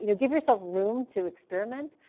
you know give yourself room to experiment.